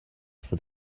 for